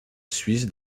suisse